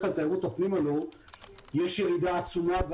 הלא בדרך כלל יש ירידה עצומה בתיירות הפנים